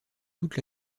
toute